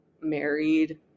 married